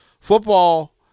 Football